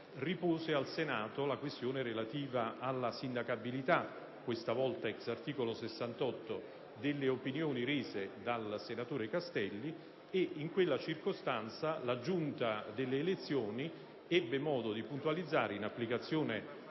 ripose al Senato la questione relativa alla sindacabilità, questa volta *ex* articolo 68 della Costituzione, delle opinioni rese dal senatore Castelli. In quella circostanza, la Giunta delle elezioni ebbe modo di puntualizzare, in applicazione